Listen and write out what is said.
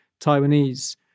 Taiwanese